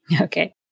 Okay